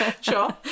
sure